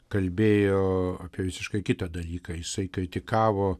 kalbėjo apie visiškai kitą dalyką jisai kritikavo